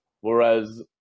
Whereas